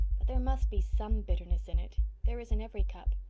but there must be some bitterness in it there is in every cup.